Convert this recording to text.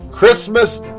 Christmas